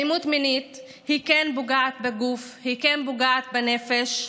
אלימות מינית כן פוגעת בגוף, כן פוגעת בנפש,